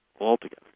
altogether